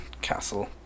castle